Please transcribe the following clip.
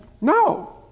no